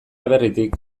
aberritik